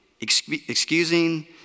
Excusing